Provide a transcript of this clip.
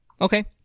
Okay